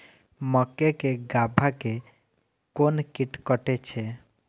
मक्के के गाभा के कोन कीट कटे छे?